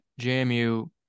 JMU